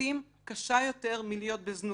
לעיתים יותר קשה מלהיות בזנות.